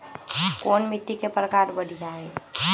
कोन मिट्टी के प्रकार बढ़िया हई?